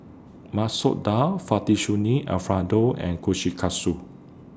Masoor Dal Fettuccine Alfredo and Kushikatsu